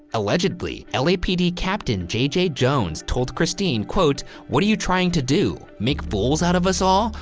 allegedly, lapd captain j j. jones told christine, quote, what are you trying to do, make fools out of us all?